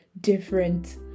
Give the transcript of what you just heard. different